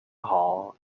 hall